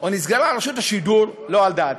או נסגרה רשות השידור, לא על דעתי.